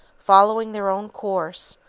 following their own course,